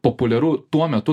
populiaru tuo metu